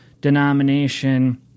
denomination